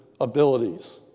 abilities